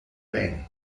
ben